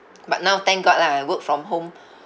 but now thank god lah I work from home